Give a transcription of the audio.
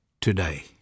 today